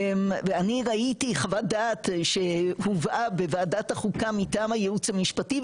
ואני ראיתי חוות דעת שהובאה בוועדת החוקה מטעם הייעוץ המשפטי,